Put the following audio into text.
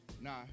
Nah